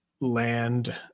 land